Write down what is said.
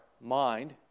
mind